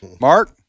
mark